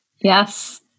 Yes